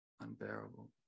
Unbearable